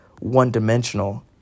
one-dimensional